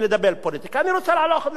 אני רוצה לענות לך גם אידיאולוגית.